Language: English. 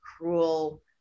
cruel